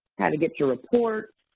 how to get your report,